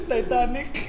Titanic